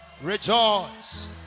rejoice